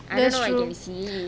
that's true